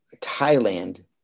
Thailand